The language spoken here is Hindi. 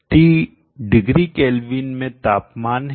T डिग्री केल्विन में तापमान है